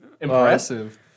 Impressive